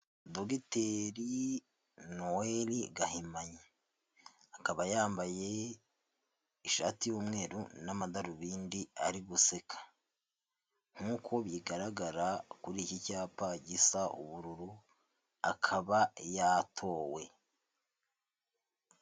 Dogiteri Noeli Gahimanyi akaba yambaye ishati y'umweru n'amadarubindi ari guseka, nk'uko bigaragara kuri iki cyapa gisa ubururu akaba yatowe.